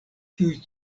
kiuj